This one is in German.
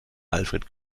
alfred